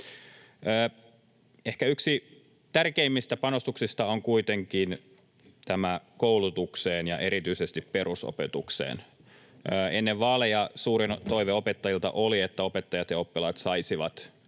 Ehkä yksi tärkeimmistä panostuksista on kuitenkin koulutukseen ja erityisesti perusopetukseen. Ennen vaaleja suurin toive opettajilta oli, että opettajat ja oppilaat saisivat